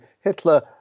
Hitler